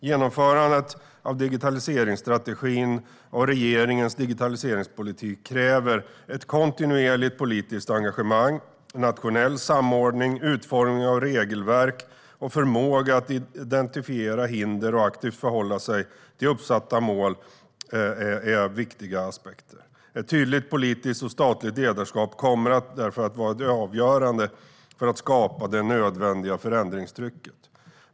Genomförandet av digitaliseringsstrategin och regeringens digitaliseringspolitik kräver ett kontinuerligt politiskt engagemang. Nationell samordning, utformning av regelverk och förmåga att identifiera hinder och aktivt förhålla sig till uppsatta mål är viktiga aspekter. Ett tydligt politiskt och statligt ledarskap kommer därför att vara avgörande för att skapa det nödvändiga förändringstrycket.